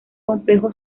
complejo